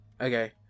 Okay